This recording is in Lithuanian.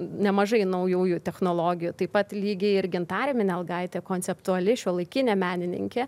nemažai naujųjų technologijų taip pat lygiai ir gintarė minelgaitė konceptuali šiuolaikinė menininkė